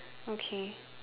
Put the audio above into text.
okay